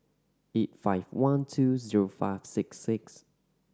eight five one two zero five six six